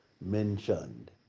mentioned